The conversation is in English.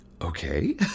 okay